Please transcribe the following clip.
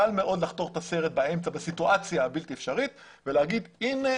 קל מאוד לחתוך את הסרט באמצע בסיטואציה הבלתי אפשרית ולהגיד הנה,